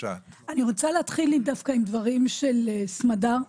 רוצה להתחיל דווקא עם דברים של סמדר.